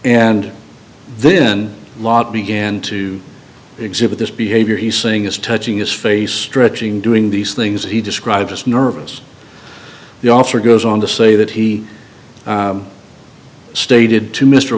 and then a lot began to exhibit this behavior he saying is touching his face dredging doing these things he described as nervous the officer goes on to say that he stated to mr